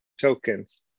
tokens